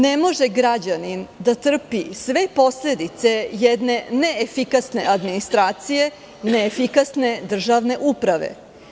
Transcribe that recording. Ne može građanin da trpi sve posledice jedne neefikasne administracije neefikasne državne uprave.